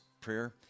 Prayer